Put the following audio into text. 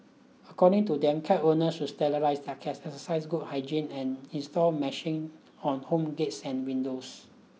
according to them cat owners should sterilise their cats exercise good hygiene and install meshing on home gates and windows